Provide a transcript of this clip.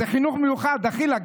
זה חינוך מיוחד, דחילק.